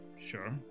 Sure